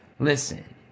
Listen